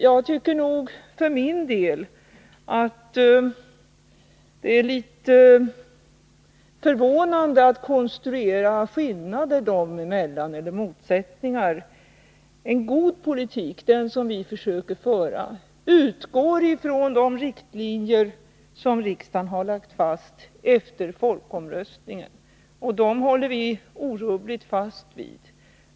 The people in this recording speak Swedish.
Jag tycker för min del att det är litet förvånande att man konstruerar skillnader eller motsättningar dem emellan. En god politik, som vi försöker föra, utgår från de riktlinjer som riksdagen har lagt fast efter folkomröstningen, och dem håller vi orubbligt fast vid.